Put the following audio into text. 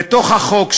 בתוך החוק,